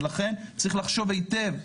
ולכן צריך לחשוב היטב,